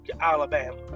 Alabama